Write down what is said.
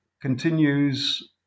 continues